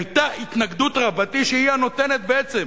היתה התנגדות רבתי, שהיא הנותנת בעצם.